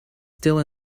still